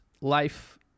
life